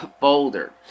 folder